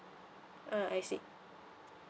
ah I see